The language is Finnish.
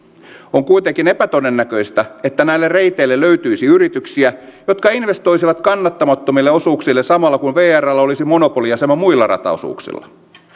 on kuitenkin epätodennäköistä että näille reiteille löytyisi yrityksiä jotka investoisivat kannattamattomille osuuksille samalla kun vrllä olisi monopoliasema muilla rataosuuksilla